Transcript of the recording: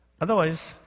Otherwise